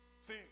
See